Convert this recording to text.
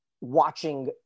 watching